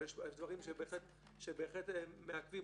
אבל יש דברים שבהחלט מעכבים.